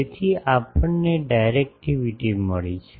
તેથી આપણને ડાયરેક્ટિવિટી મળી છે